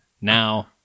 now